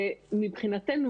מבחינתנו,